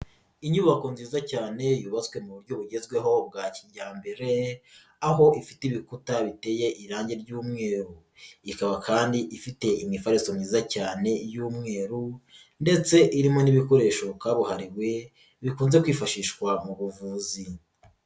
Inyubako nziza cyane yubatswe mu buryo bugezweho bwa kijyambere aho ifite ibikuta biteye irangi ry'umweru, ikaba kandi ifite imifariso myiza cyane y'umweru ndetse irimo n'ibikoresho kabuhariwe bikunze kwifashishwa mu buvuzi.